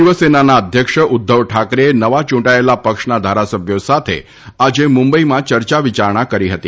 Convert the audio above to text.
શીવસેનાના અધ્યક્ષ ઉદ્વવ ઠાકરેએ નવા યૂંટાયેલા પક્ષના ધારાસભ્યો સાથે આજે મુંબઇમાં યર્યા વિયારણા કરી હતી